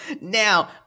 Now